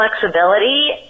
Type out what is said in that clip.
flexibility